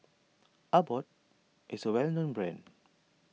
Abbott is a well known brand